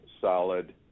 solid